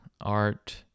art